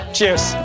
Cheers